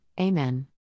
Amen